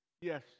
yes